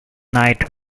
night